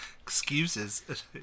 Excuses